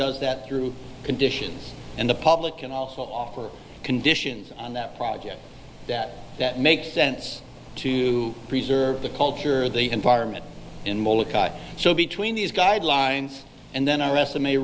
does that through conditions in the public and also offer conditions on that project that that makes sense to preserve the culture of the environment so between these guidelines and then i resume